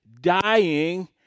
dying